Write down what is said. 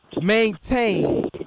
maintain